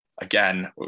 Again